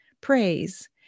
praise